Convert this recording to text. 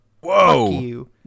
Whoa